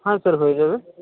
হ্যাঁ স্যার হয়ে যাবে